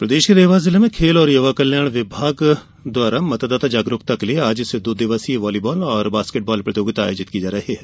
प्रदेश के देवास जिले में खेल और युवा कल्याण विभाग द्वारा मतदाता जागरुकता के लिए आज से दो दिवसीय वालीबाल और बास्केटबाल प्रतियोगिता आयोजित की जा रही है